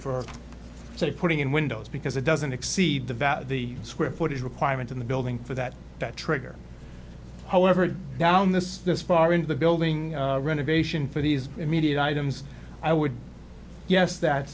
for putting in windows because it doesn't exceed the value the square footage requirement in the building for that that trigger however down this far into the building renovation for these immediate items i would yes that